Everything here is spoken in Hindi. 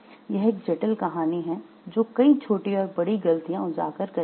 यह एक जटिल कहानी है जो कई छोटी और बड़ी गलतियाँ उजागर करती है